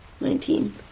Nineteen